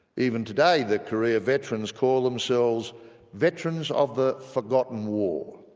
even today the korea veterans call themselves veterans of the forgotten war.